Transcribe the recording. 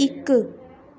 ਇੱਕ